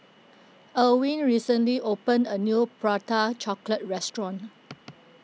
Elwyn recently opened a new Prata Chocolate restaurant